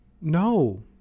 No